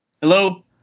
Hello